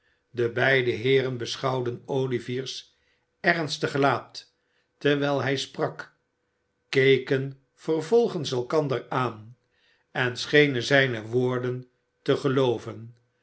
de beide heeren beschouwden o ivier's ernstig gelaat terwijl hij sprak keken vervolgens elkander aan en schenen zijne woorden te gelooven